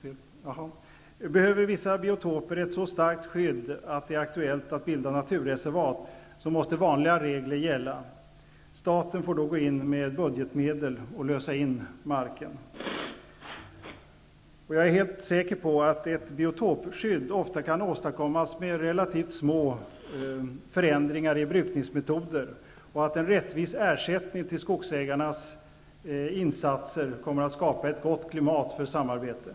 Behöver vissa biotoper ett så starkt skydd att det är aktuellt att bilda naturreservat måste vanliga regler gälla. Staten får då gå in med budgetmedel och lösa in marken. Jag är helt säker på att ett biotopskydd ofta kan åstadkommas med relativt små förändringar i brukningsmetoder och att en rättvis ersättning till skogsägarnas insatser kommer att skapa ett gott klimat för samarbete.